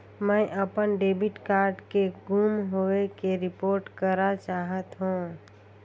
मैं अपन debit card के गुम होवे के रिपोर्ट करा चाहत हों